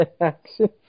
action